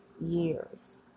Years